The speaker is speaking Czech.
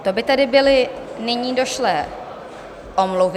To by tedy byly nyní došlé omluvy.